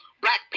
Black